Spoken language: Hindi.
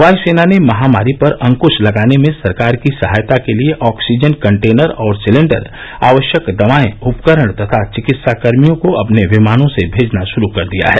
वायुसेना ने महामारी पर अंकुश लगाने में सरकार की सहायता के लिए ऑक्सीजन कन्टेनर और सिलेंडर आवश्यक दवाएं उपकरण तथा चिकित्साकर्मियों को अपने विमानों से भेजना शुरू कर दिया है